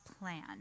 plan